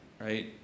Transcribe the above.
right